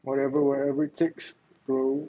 whatever whatever it takes bro